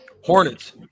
Hornets